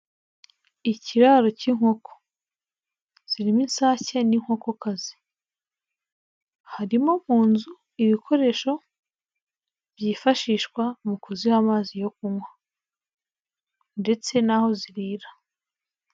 Ikiraro cy'inkoko, zirimo isake n'inkokoka harimo mu inzu ibikoresho byifashishwa mu kuziha amazi yo kunywa ndetse n'aho zirira.